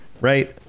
right